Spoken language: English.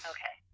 Okay